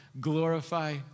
glorify